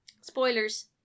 Spoilers